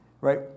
right